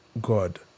God